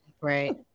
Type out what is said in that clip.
Right